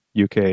UK